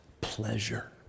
pleasure